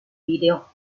video